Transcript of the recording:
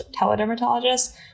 teledermatologists